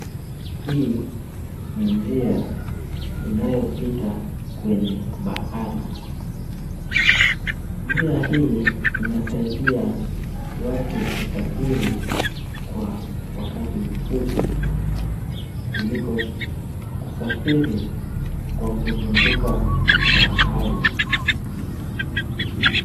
Hii ni njia inayopita kwenye bahari. Njia hii inasaidia watu kusafiri kwa wakati mfupi kuliko kusafiri kwa kuzunguka bahari.